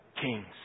kings